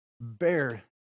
bear